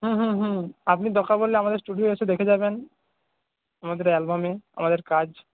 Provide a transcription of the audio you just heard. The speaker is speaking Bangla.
হুম হুম হুম আপনি দরকার পড়লে আমাদের স্টুডিওয়ে এসে দেখে যাবেন আমাদের অ্যালবামে আমাদের কাজ